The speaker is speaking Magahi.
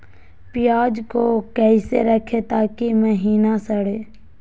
प्याज को कैसे रखे ताकि महिना सड़े?